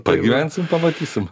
pagyvensim pamatysim